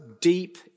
deep